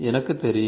எனக்குத் தெரியும்